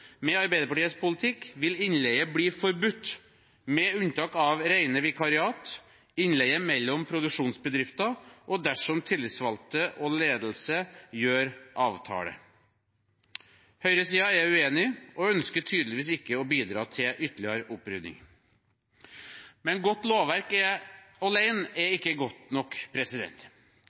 Med Arbeiderpartiets politikk vil innleie bli forbudt med unntak av rene vikariater, innleie mellom produksjonsbedrifter og dersom tillitsvalgte og ledelse gjør avtale. Høyresiden er uenig og ønsker tydeligvis ikke å bidra til ytterligere opprydding. Men godt lovverk alene er ikke godt nok.